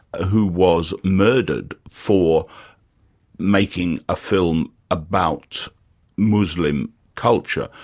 who was murdered for making a film about muslim culture.